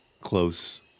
close